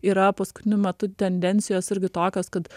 yra paskutiniu metu tendencijos irgi tokios kad